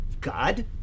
God